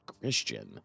Christian